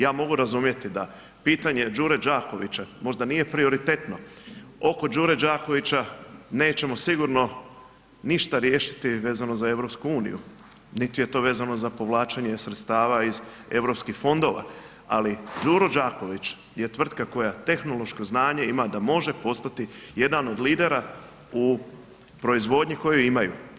Ja mogu razumjeti da pitanje Đure Đakovića možda nije prioritetno, oko Đure Đakovića nećemo sigurno ništa riješiti vezano za EU, niti je to vezano za povlačenje sredstava iz europskih fondova, ali Đuro Đaković je tvrtka koja tehnološko znanje ima da može postati jedan od lidera u proizvodnji koju imaju.